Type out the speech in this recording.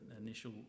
initial